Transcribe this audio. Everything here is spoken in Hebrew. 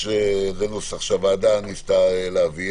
יש נוסח שהוועדה ניסתה להביא,